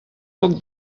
poc